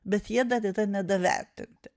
bet jie dar yra nedavertinti